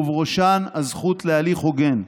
ובראשן הזכות להליך הוגן.